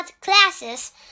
classes